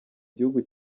gihugu